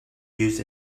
used